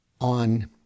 on